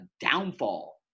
downfall